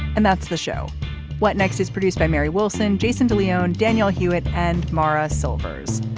and that's the show what next is produced by mary wilson. jason de leon daniel hewett and maura silvers.